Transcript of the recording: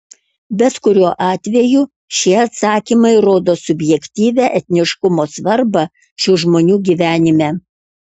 bet kuriuo atveju šie atsakymai rodo subjektyvią etniškumo svarbą šių žmonių gyvenime